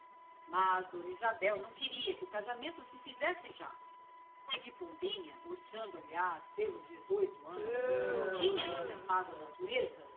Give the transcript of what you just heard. mas dona isabel não queria que o casamento se fizesse já é que pombinha orçando aliás pelos dezoito anos não tinha ainda pago à natureza